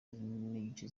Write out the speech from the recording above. n’igice